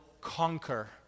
conquer